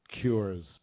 cures